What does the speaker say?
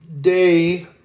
day